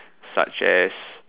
such as